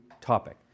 topic